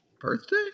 birthday